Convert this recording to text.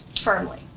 firmly